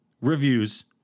reviews